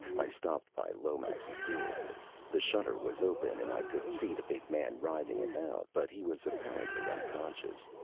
i stopped by lomax's door the shutter was open, and i could see the big man writhing about, but he was apparently unconscious.